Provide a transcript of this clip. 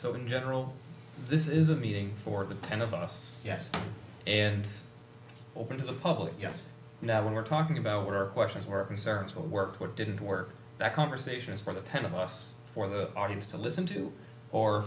so in general this is a meeting for the ten of us yes and open to the public yes now when we're talking about what our questions were concerns what worked what didn't work that conversation is for the ten of us for the audience to listen to or